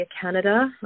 Canada